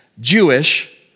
Jewish